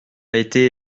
été